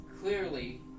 Clearly